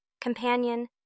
companion